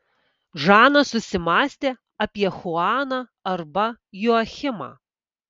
žana susimąstė apie chuaną arba joachimą